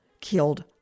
killed